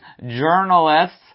journalists